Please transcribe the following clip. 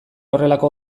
horrelako